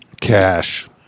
Cash